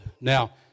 Now